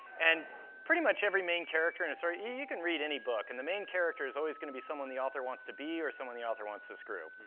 and pretty much every main character in a story you can read any book, and the main character is always gonna be someone the author wants to be or someone the author wants to screw.